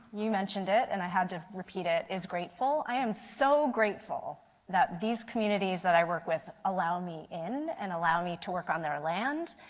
you mentioned it and i had to repeat it is grateful. i am so grateful that these communities that i work with allow me in and allow me to work on their land.